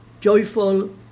joyful